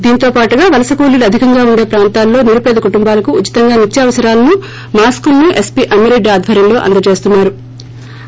దీంతోపాటు వలస కూలీలు అధికంగా ఉండే ప్రాంతాలలో నిరుపేద కుటుంబాలకు ఉచితంగా నిత్యావసరాలను మాస్కులను ఎస్పీ అమ్మిరెడ్డి ఆధ్వర్యంలో అందజేస్తున్నారు